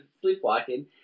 sleepwalking